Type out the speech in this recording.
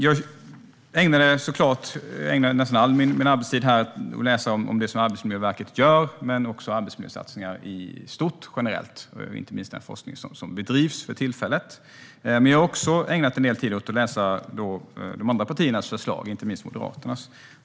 Jag ägnar nästan all min arbetstid här åt att läsa om det som Arbetsmiljöverket gör, men också om arbetsmiljösatsningar generellt och inte minst om den forskning som bedrivs för tillfället. Men jag har också ägnat en del tid åt att läsa de andra partiernas förslag, inte minst Moderaternas.